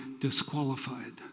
disqualified